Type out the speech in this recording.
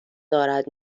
دارد